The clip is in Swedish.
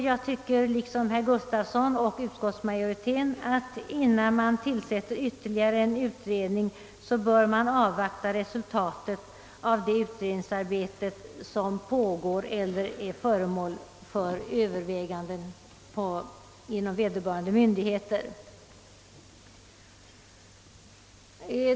Jag tycker liksom herr Gustafsson och utskottsmajoriteten att man, innan man tillsätter ytterligare en utredning, bör avvakta resultatet av det utredningsarbete som pågår eller är föremål för överväganden inom vederbörande myndigheter.